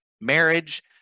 marriage